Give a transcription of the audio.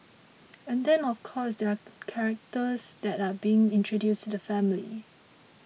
and then of course there are characters that are being introduced to the family